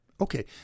Okay